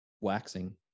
waxing